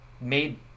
made